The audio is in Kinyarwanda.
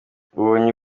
ubonye